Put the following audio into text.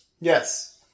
Yes